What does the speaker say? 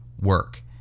work